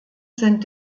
sind